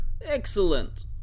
Excellent